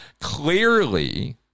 Clearly